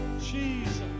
Jesus